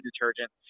detergent